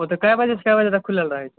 ओ तऽ कय बजे सॅं कए बजे तक खुलल रहै छै